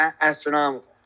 astronomical